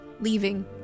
leaving